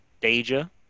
Deja